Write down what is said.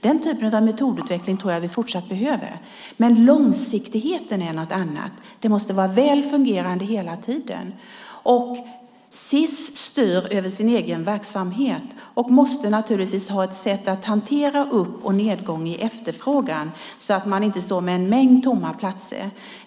Den typen av metodutveckling tror jag att vi fortsatt behöver. Långsiktigheten är något annat. Det måste vara väl fungerande hela tiden. Sis styr över sin egen verksamhet och måste naturligtvis ha ett sätt att hantera upp och nedgång i efterfrågan så att man inte står med en mängd tomma platser.